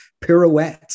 pirouette